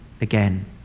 again